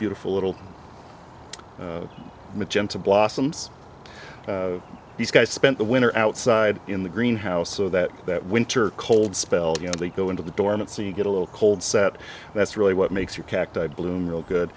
beautiful little magenta blossoms these guys spent the winter outside in the greenhouse so that that winter cold spells you know they go into the door and it's so you get a little cold set that's really what makes you cacti bloom real good